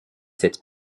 cette